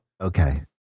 Okay